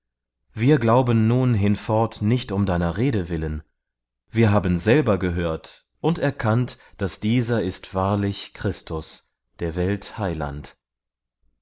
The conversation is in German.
wir glauben nun hinfort nicht um deiner rede willen wir haben selber gehört und erkannt daß dieser ist wahrlich christus der welt heiland